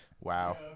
Wow